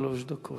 שלוש דקות.